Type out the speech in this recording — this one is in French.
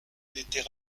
était